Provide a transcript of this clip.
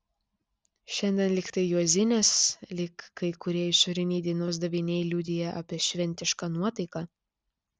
šiandien lyg tai juozinės lyg kai kurie išoriniai dienos daviniai liudija apie šventišką nuotaiką